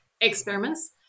experiments